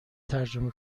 ترجمه